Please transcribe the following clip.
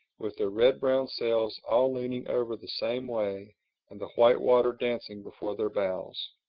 with their red-brown sails all leaning over the same way and the white water dancing before their bows.